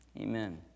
Amen